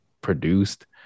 produced